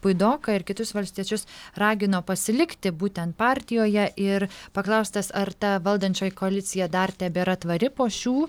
puidoką ir kitus valstiečius ragino pasilikti būtent partijoje ir paklaustas ar ta valdančioji koalicija dar tebėra tvari po šių